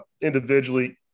Individually